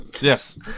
Yes